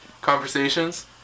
conversations